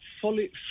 fully